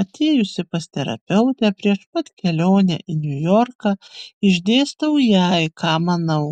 atėjusi pas terapeutę prieš pat kelionę į niujorką išdėstau jai ką manau